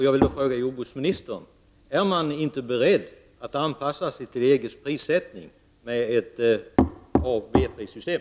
Jag vill fråga jordbruksministern: Är regeringen inte beredd att anpassa sig till EGs prissättning med ett A och B-prissystem?